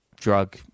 drug